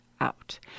out